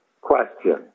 question